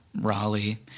Raleigh